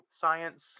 science